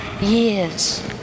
years